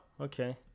Okay